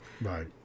Right